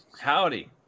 Howdy